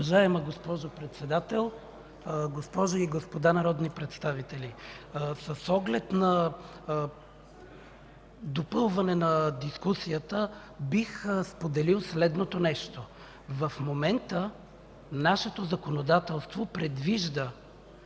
Уважаема госпожо Председател, госпожи и господа народни представители! С оглед на допълване на дискусията бих споделил следното. В момента нашето законодателство предвижда